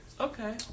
Okay